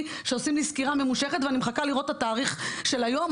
שעושים לי סקירה ממושכת ואני מחכה לראות את התאריך של היום,